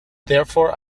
therefore